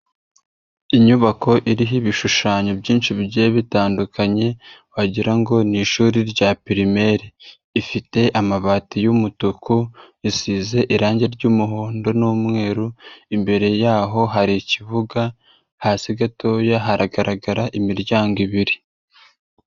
Inyubako iriho ibishushanyo byinshi bigiye bitandukanye, wagira ngo ni ishuri rya pirimeri, ifite amabati y'umutuku, isize irangi ry'umuhondo n'umweru, imbere yaho hari ikibuga, hasi gatoya haragaragara imiryango ibiri.